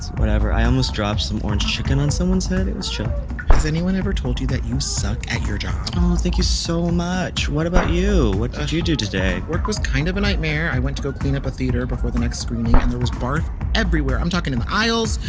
whatever i almost dropped some orange chicken on someone's head. it was chill has anyone ever told you that you suck at your job? oh, thank you so much. what about you? what did you do today? work was kind of a nightmare. i went to go clean up a theater before the next screening, and there was barf everywhere. i'm talking in the aisles,